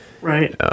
Right